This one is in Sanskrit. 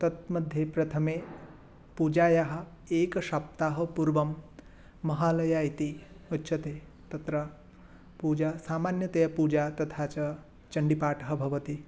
तत् मध्ये प्रथमे पूजायाः एकसप्ताहपूर्वं महालयः इति उच्यते तत्र पूजा सामान्यतया पूजा तथा च चण्डीपाठः भवति